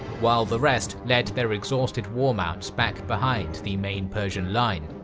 while the rest led their exhausted war mounts back behind the main persian line.